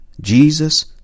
Jesus